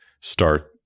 start